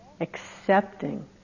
accepting